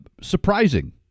surprising